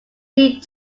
need